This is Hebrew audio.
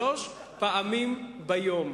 שלוש פעמים ביום.